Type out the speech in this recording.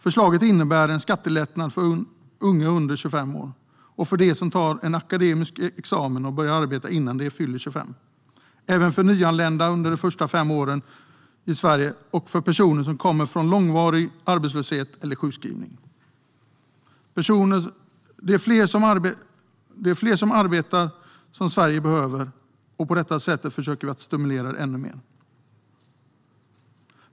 Förslaget innebär en skattelättnad för unga under 25 år och för dem som tar en akademisk examen och börjar arbeta innan de fyller 25, även för nyanlända under de första fem åren i Sverige och för personer som kommer från långvarig arbetslöshet eller sjukskrivning. Det blir fler som arbetar, vilket Sverige behöver, och på detta sätt försöker vi stimulera det än mer.